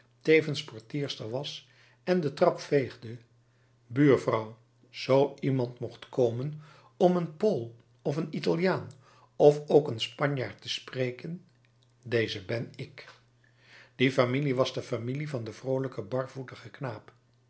tevens portierster was en de trap veegde buurvrouw zoo iemand mocht komen om een pool of een italiaan of ook een spanjaard te spreken deze ben ik die familie was de familie van den vroolijken